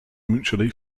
mutually